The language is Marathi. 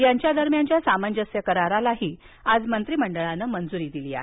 यांच्या दरम्यानच्या सामंजस्य करारालाही आज मंत्रिमंडळानं मंजुरी दिली आहे